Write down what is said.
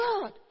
God